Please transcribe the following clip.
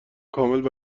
کامل